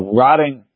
rotting